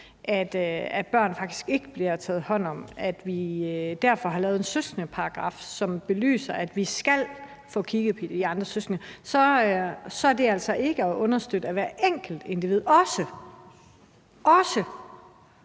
at der faktisk ikke bliver taget hånd om børn, og når vi derfor har lavet en søskendeparagraf om, at vi skal få kigget på de andre søskende, så er det altså ikke at understøtte hvert enkelt individ, også